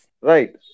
right